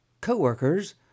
co-workers